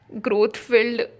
growth-filled